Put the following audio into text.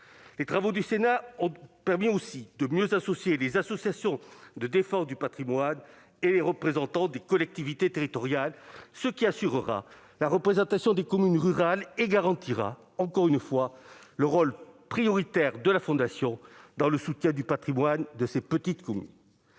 Les travaux du Sénat ont permis de mieux y associer les associations de défense du patrimoine et des représentants des collectivités territoriales, ce qui assurera la représentation des communes rurales et garantira encore une fois le rôle prioritaire de la Fondation dans le soutien au patrimoine de ces petites communes.